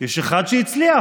יש אחד שהצליח